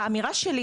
האמירה שלי,